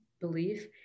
belief